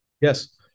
Yes